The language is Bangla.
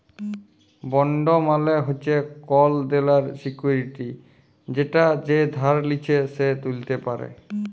বন্ড মালে হচ্যে কল দেলার সিকুইরিটি যেটা যে ধার লিচ্ছে সে ত্যুলতে পারে